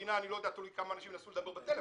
קרינה בבית הספר תלוי כמובן כמה אנשים ינסו לדבר בטלפון.